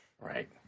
Right